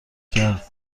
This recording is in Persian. کرد